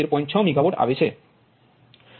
6 megawatt આવે છે